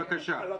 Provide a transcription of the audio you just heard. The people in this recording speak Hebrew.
בבקשה.